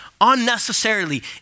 unnecessarily